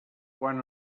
quan